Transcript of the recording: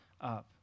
up